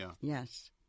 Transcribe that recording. Yes